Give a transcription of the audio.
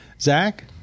Zach